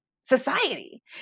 society